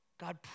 God